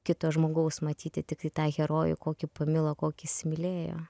kito žmogaus matyti tiktai tą herojų kokį pamilo kokį įsimylėjo